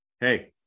hey